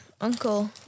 uncle